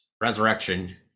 Resurrection